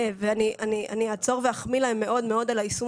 ואני אעצור ואחמיא להם מאוד מאוד על היישום